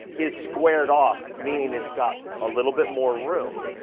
is squared off, meaning it's got and a little bit more room,